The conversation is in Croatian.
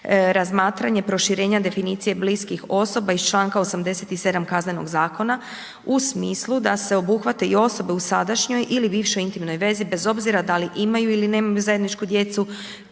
razmatranje proširenja definicije bliskih osoba iz članka 87. Kaznenog zakona u smislu da se obuhvate i osobe u sadašnjoj ili bivšoj intimnoj vezi bez obzira da li imaju ili nemaju zajedničku djecu,